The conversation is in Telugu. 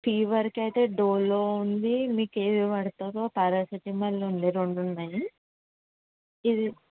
ఫీవర్కి అయితే డోలో ఉంది మీకు ఏది పడుతుందో పారాసెటమాల్ ఉంది రెండు ఉన్నాయి ఇది